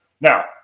Now